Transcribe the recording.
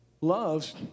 loves